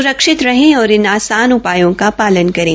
स्रक्षित रहें और इन आसान उपायों का पालन करें